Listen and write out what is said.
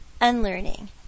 unlearning